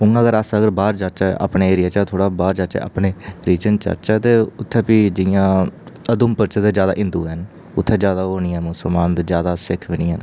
उ'आं अगर अस बाह्र जाचै अपने एरिया च थोह्ड़ा बाह्र जाचै अपने रीजन च आचै उ'त्थें भी जि'यां उधमपुर च ते जादै हिन्दू ऐ उ'त्थें जादै ओह् निं हैन मुसलमान ते जादा सिक्ख बी निं हैन